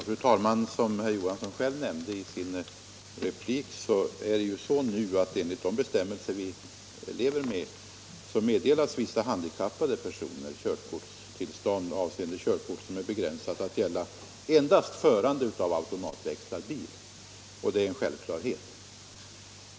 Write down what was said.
Fru talman! Som herr Johansson i Växjö sade får vissa handikappade människor körkort, där tillståndet att framföra fordonet endast gäller bil med automatiserad växellåda.